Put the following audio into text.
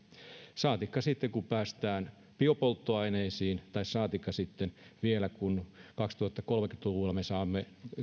saatikka sitten kun päästään biopolttoaineisiin tai saatikka sitten vielä kun kaksituhattakolmekymmentä luvulla me saamme